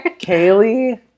Kaylee